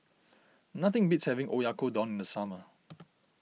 nothing beats having Oyakodon in the summer